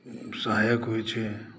सहायक होइत छै